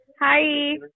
Hi